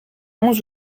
onze